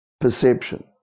perception